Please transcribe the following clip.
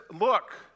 Look